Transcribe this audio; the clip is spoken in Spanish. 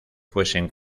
fuesen